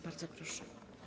Bardzo proszę.